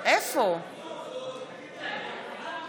נגד חוה אתי עטייה, בעד חמד עמאר,